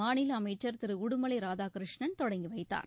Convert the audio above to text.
மாநில அமைச்சர் திரு உடுமலை ராதாகிருஷ்ணன் தொடங்கி வைத்தார்